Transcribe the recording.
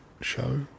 show